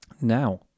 Now